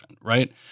right